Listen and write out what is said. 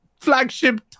flagship